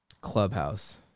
Clubhouse